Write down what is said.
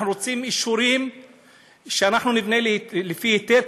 אנחנו רוצים אישורים שאנחנו נבנה לפי היתר,